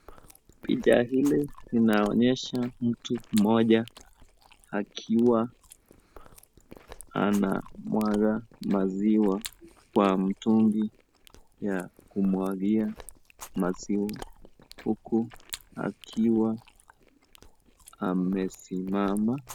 Picha hili linaonyesha mtu mmoja akiwa anamwaga maziwa kwa mtungi ya kumwagia maziwa huku akiwa amesimama.